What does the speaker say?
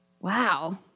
wow